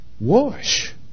wash